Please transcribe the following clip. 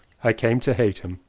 i came to hate him.